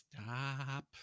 stop